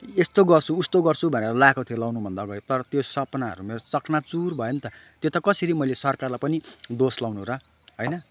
यस्तो गर्छु उस्तो गर्छु भनेर लगाएको थियो लगाउनभन्दा अगाडि तर त्यो सपनाहरू मेरो चकनाचुर भयो नि त त्यो त कसरी मैले सरकारलाई पनि दोष लगाउनु र होइन